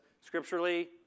Scripturally